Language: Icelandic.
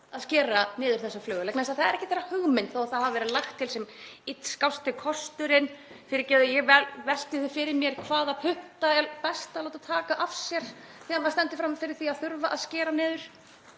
að skera niður og selja þessa flugvél. Það er ekki þeirra hugmynd þó að það hafi verið lagt til sem illskásti kosturinn. Fyrirgefið, ég velti því fyrir mér hvaða putta sé best að láta taka af sér þegar maður stendur frammi fyrir því að þurfa að skera niður.